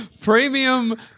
Premium